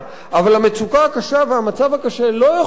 אבל המצוקה הקשה והמצב הקשה לא יכולים להיות